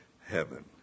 heaven